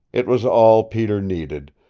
it was all peter needed,